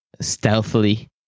stealthily